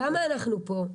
למה אנחנו פה?